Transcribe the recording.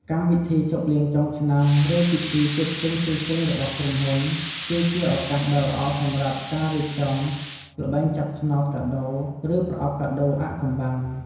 កម្មវិធីជប់លៀងចុងឆ្នាំ ឬពិធីជួបជុំផ្សេងៗរបស់ក្រុមហ៊ុន គឺជាឱកាសដ៏ល្អសម្រាប់ការរៀបចំ ល្បែងចាប់ឆ្នោតកាដូរ ឬ ប្រអប់កាដូរអាថ៌កំបាំង។